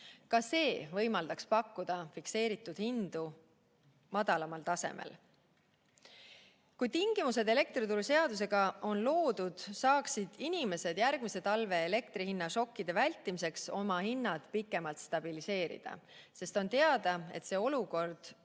Ka see võimaldaks pakkuda fikseeritud hindu madalamal tasemel. Kui tingimused elektrituruseadusega on loodud, saaksid inimesed järgmise talve elektrihinnašokkide vältimiseks oma hinnad pikemalt stabiliseerida, sest on teada, et see olukord